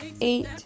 eight